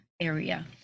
area